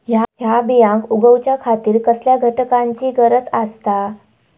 हया बियांक उगौच्या खातिर कसल्या घटकांची गरज आसता?